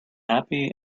happy